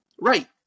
Right